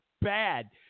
bad